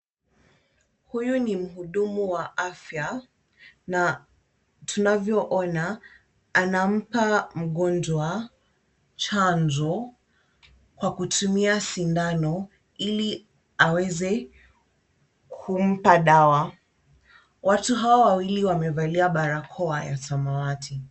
Huyu ni mhudumu wa afya na tunavyoona anampa mgonjwa chanjo kwa kutumia sindano ili aweze kumpa dawa. Watu hawa wawili wamevalia barakoa ya samawati.